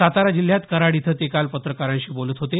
सातारा जिल्ह्यात कराड इथं ते काल पत्रकारांशी बोलत होते